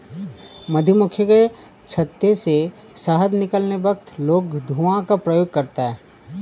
मधुमक्खी के छत्ते से शहद निकलते वक्त लोग धुआं का प्रयोग करते हैं